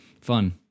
fun